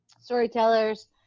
storytellers